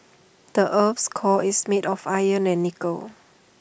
the Earth's core is made of iron and nickel